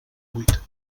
vuit